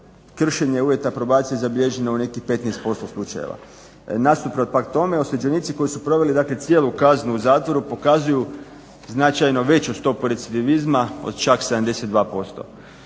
kršenje uvjeta probacije zabilježeno je u nekih 15% slučajeva. Nasuprot pak tome osuđenici koji su proveli cijelu kaznu u zatvoru pokazuju značajno veću stopu recidivizma od čak 72%